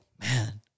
man